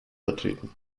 vertreten